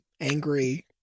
angry